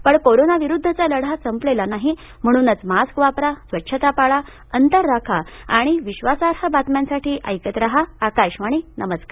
पण कोरोना विरुद्धचा लढा संपलेला नाही म्हणूनच मास्क वापरा स्वच्छता पाळा अंतर राखा आणि विश्वासार्ह बातम्यांसाठी ऐकत रहा आकाशवाणी नमस्कार